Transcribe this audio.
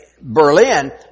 Berlin